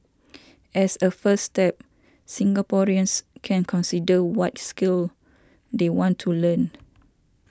as a first step Singaporeans can consider what skills they want to learn